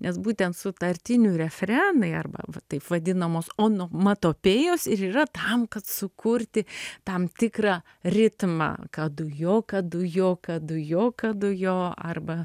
nes būtent sutartinių refrenai arba va taip vadinamos onomatopėjos ir yra tam kad sukurti tam tikrą ritmą kadujo kadujo kadujo kadujo arba